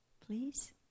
Please